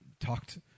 talked